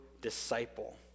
disciple